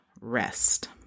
rest